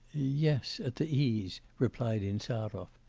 yes, at the e s, replied insarov.